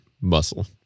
muscle